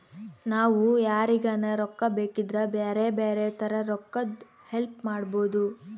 ನಾವು ಯಾರಿಗನ ರೊಕ್ಕ ಬೇಕಿದ್ರ ಬ್ಯಾರೆ ಬ್ಯಾರೆ ತರ ರೊಕ್ಕದ್ ಹೆಲ್ಪ್ ಮಾಡ್ಬೋದು